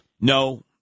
No